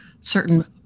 certain